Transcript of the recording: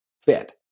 fit